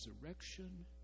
resurrection